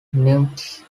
newts